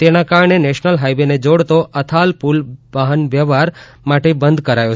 તેના કારણે national highway ને જોડતો અથાલ પુલ વાહનવાયવહાર માટે બંધ કરાયો